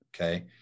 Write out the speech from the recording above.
okay